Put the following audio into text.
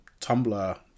Tumblr